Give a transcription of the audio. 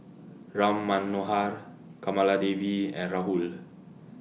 Ram Manohar Kamaladevi and Rahul